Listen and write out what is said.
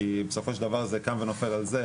כי בסופו של דבר זה קם ונופל על זה,